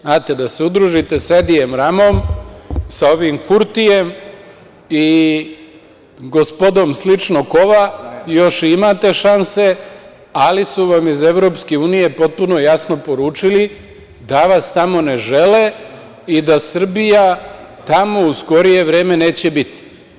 Znate, da se udružite sa Edijem Ramom, sa ovim Kurtijem i gospodom sličnog kova, još imate šanse, ali su vam iz EU potpuno jasno poručili da vas tamo ne žele i da Srbija tamo u skorije vreme neće biti.